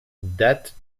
date